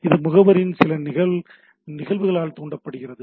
இது முகவரின் சில நிகழ்வுகளால் தூண்டப்படுகிறது